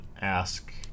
ask